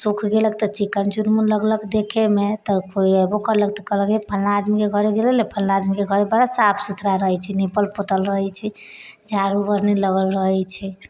सुखि गेलक तऽ चिकन चुनमुन लगलक देखैमे तऽ कोइ अएबौ केलक तऽ कहलक फल्लाँ आदमीके घरे गेलऽ रही फल्लाँ आदमीके घर बड़ा साफ सुथरा रहै छै निपल पोतल रहै छै झाड़ू बाढ़नि लागल रहै छै